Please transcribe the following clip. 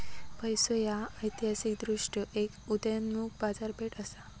पैसो ह्या ऐतिहासिकदृष्ट्यो एक उदयोन्मुख बाजारपेठ असा